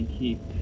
keep